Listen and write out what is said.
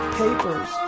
papers